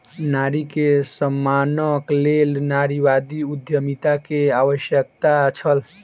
नारी के सम्मानक लेल नारीवादी उद्यमिता के आवश्यकता छल